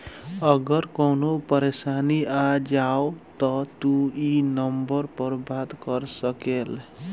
अगर कवनो परेशानी आ जाव त तू ई नम्बर पर बात कर सकेल